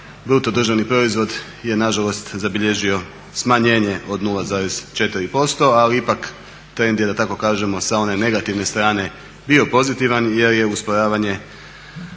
u 2014. BDP je nažalost zabilježio smanjenje od 0,4% ali ipak trend je da tako kažemo sa one negativne strane bio pozitivan jer se radilo